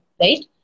right